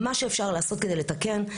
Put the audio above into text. מה שאפשר לעשות כדי לתקן.